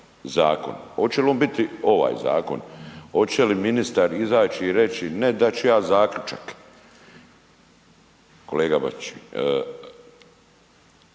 zakon. Oće li on biti ovaj zakon, oće li ministar izaći i reći ne dat ću ja zaključak, kolega Bačić,